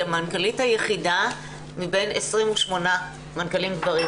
הייתי המנכ"לית היחידה מבין 28 מנכ"לים גברים.